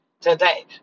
today